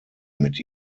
mit